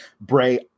Bray